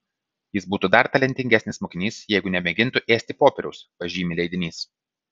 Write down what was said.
jis būtų dar talentingesnis mokinys jeigu nemėgintų ėsti popieriaus pažymi leidinys